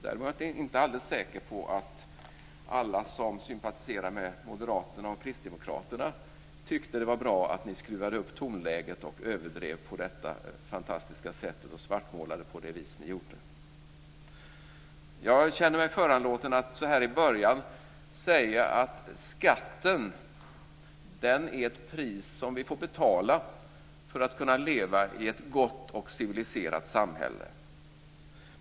Däremot är jag inte alldeles säker på att alla som sympatiserar med Moderaterna och Kristdemokraterna tyckte att det var bra eftersom de skruvade upp tonläget och överdrev på det fantastiska sätt och svartmålade på det sätt som de gjorde. Jag känner mig föranlåten att så här i början säga att skatten är ett pris som vi får betala för att kunna leva i ett gott och civiliserat samhälle.